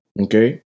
Okay